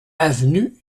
avenue